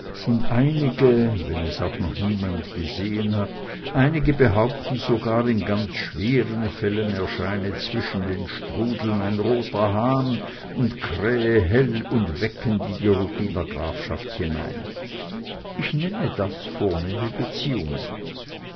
und einige wenn es auch noch niemand gesehen hat einige behaupten sogar in ganz schweren fällen erscheine zwischen den strudeln ein roter hahn und krähe hell und weckend in die ruppiner grafschaft hinein ich nenne das vornehme beziehungen